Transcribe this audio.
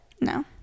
No